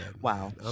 Wow